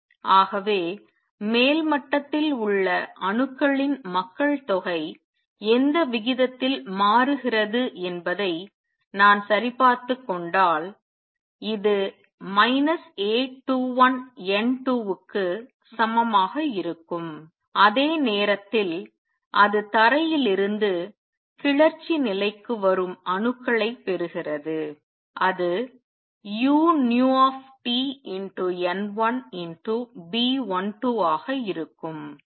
ஆகவே மேல் மட்டத்தில் உள்ள அணுக்களின் மக்கள் தொகை எந்த விகிதத்தில் மாறுகிறது என்பதை நான் சரிபார்த்துக் கொண்டால் இது A21N2 க்கு சமமாக இருக்கும் அதே நேரத்தில் அது தரையில் இருந்து கிளர்ச்சி நிலைக்கு வரும் அணுக்களைப் பெறுகிறது அது uTN1B12ஆக இருக்கும்